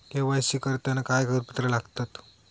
KYC करताना काय कागदपत्रा लागतत?